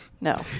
No